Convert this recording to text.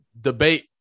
debate